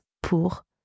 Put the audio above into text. pour